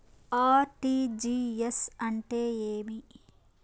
RTGS అంటే ఏమి